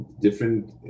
different